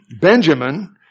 Benjamin